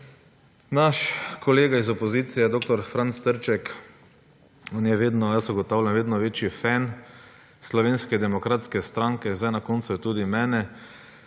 naš kolega iz opozicije, dr. Franc Trček, on je vedno, jaz ugotavljam, vedno večji fan Slovenske demokratske stranke. Zdaj na koncu je tudi mene